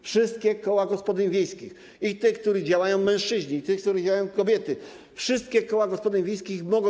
Wszystkie koła gospodyń wiejskich: i te, w których działają mężczyźni, i te, w których działają kobiety, wszystkie koła gospodyń wiejskich mogą.